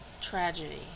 tragedy